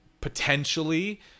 potentially